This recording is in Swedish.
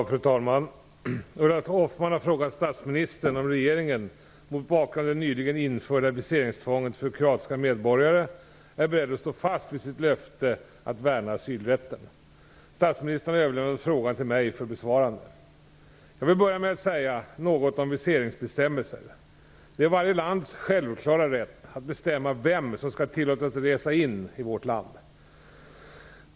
Fru talman! Ulla Hoffmann har frågat statsministern om regeringen mot bakgrund av det nyligen införda viseringstvånget för kroatiska medborgare är beredd att stå fast vid sitt löfte att värna asylrätten. Statsministern har överlämnat frågan till mig för besvarande. Jag vill börja med att säga något om viseringsbestämmelser. Det är varje lands självklara rätt att bestämma vem som skall tillåtas resa in i vårt land.